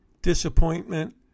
Disappointment